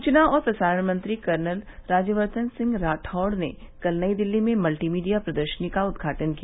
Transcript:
सूचना और प्रसारण मंत्री कर्नल राज्यवर्धन सिंह राठौड़ ने कल नई दिल्ली में मल्टी मीडिया प्रदर्शनी का उद्घाटन किया